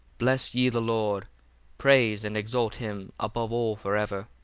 bless ye the lord praise and exalt him above all for ever.